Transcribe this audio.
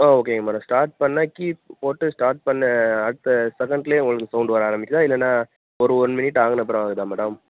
ஓ ஓகேங்க madam start பண்ணால் key போட்டு ஸ்டார்ட் பண்ண அடுத்த செகண்ட்லேயே உங்களுக்கு சவுண்டு வர ஆரமிக்கிறதா இல்லைனா ஒரு ஒன் மினிட் ஆகுனது அப்புறம் ஆகுறதா மேடம்